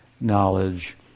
knowledge